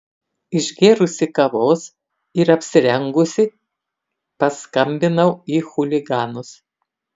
išgėrusi kavos ir apsirengusi paskambinau į chuliganus